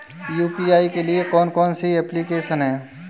UPI के लिए कौन कौन सी एप्लिकेशन हैं?